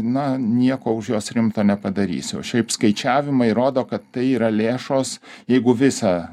na nieko už juos rimto nepadarysi o šiaip skaičiavimai rodo kad tai yra lėšos jeigu visą